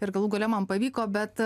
ir galų gale man pavyko bet